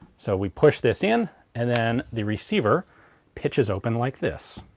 so we push this in and then the receiver pitch is open like this.